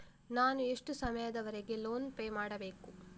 ನಾನು ಎಷ್ಟು ಸಮಯದವರೆಗೆ ಲೋನ್ ಪೇ ಮಾಡಬೇಕು?